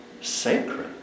sacred